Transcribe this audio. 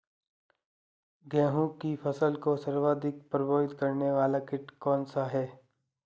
गेहूँ की फसल को सर्वाधिक प्रभावित करने वाला कीट कौनसा है?